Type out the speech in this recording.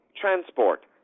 transport